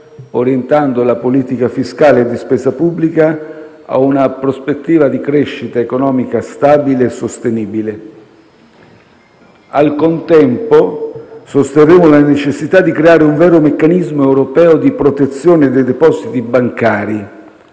orientando la politica fiscale di spesa pubblica a una prospettiva di crescita economica stabile e sostenibile. Al contempo, sosterremo la necessità di creare un vero meccanismo europeo di protezione dei depositi bancari,